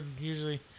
usually